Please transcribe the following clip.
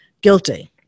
guilty